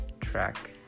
track